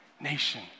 nation